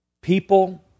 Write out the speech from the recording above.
people